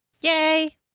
Yay